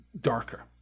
darker